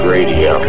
Radio